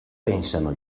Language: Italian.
pensano